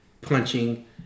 punching